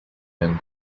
and